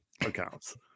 accounts